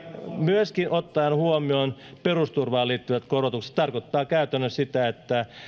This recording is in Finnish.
myöskin ottaen huomioon perusturvaan liittyvät korotukset se tarkoittaa käytännössä sitä että